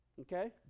okay